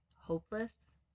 Hopeless